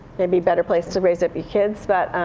maybe better place to raise up your kids. but